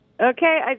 Okay